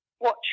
watch